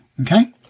okay